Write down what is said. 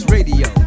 Radio